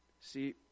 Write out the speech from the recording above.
See